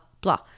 blah